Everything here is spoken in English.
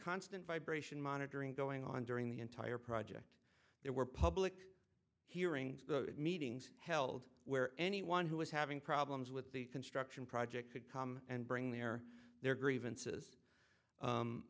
constant vibration monitoring going on during the entire project there were public hearings meetings held where anyone who was having problems with the construction project could come and bring the air their grievances